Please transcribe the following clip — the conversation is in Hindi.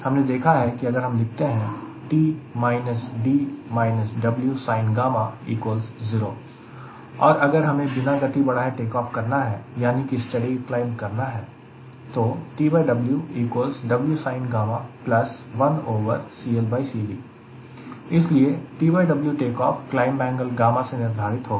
हमें देखा है कि अगर हम लिखते हैं 𝑇 − 𝐷 − 𝑊𝑠𝑖𝑛𝛾 0 और अगर हमें बिना गति बढ़ाएं टेकऑफ करना है यानी कि स्टेडी क्लाइंब करना है इसलिए TW takeoff climb angle γ से निर्धारित होगा